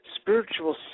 spiritual